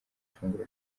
ifunguro